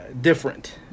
different